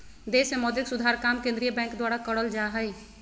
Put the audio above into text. देश मे मौद्रिक सुधार काम केंद्रीय बैंक द्वारा करल जा हय